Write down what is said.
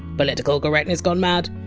political correctness gone mad!